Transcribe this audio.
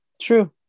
true